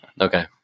Okay